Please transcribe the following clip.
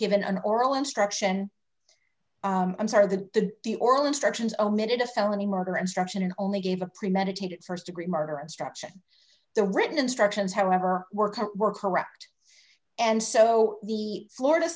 given an oral instruction i'm sorry the the oral instructions omitted a felony murder instruction and only gave a premeditated st degree murder instruction the written instructions however were correct were correct and so the florida